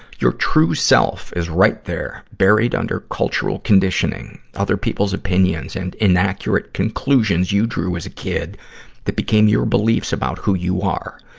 your true self is right there, buried under cultural conditioning, other people's opinions and inaccurate conclusions you drew as a kid that became your beliefs about who you are.